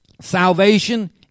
Salvation